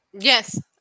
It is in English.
Yes